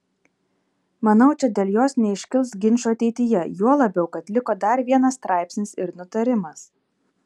manau čia dėl jos neiškils ginčų ateityje juo labiau kad liko dar vienas straipsnis ir nutarimas